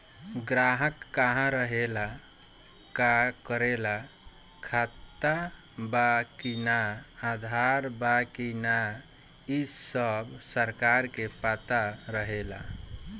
ग्राहक कहा रहेला, का करेला, खाता बा कि ना, आधार बा कि ना इ सब सरकार के पता रहेला